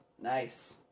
Nice